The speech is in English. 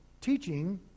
teaching